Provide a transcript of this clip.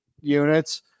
units –